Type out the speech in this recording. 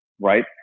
right